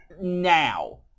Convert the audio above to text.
Now